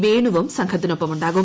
വേണുവും സംഘത്തിനൊപ്പമുണ്ടാകും